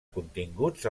continguts